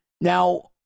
Now